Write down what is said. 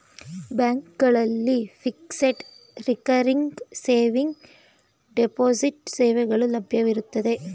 ಬ್ಯಾಂಕ್ಗಳಲ್ಲಿ fixed, recurring saving, deposit ಸೇವೆಗಳು ಲಭ್ಯವಿರುತ್ತವೆ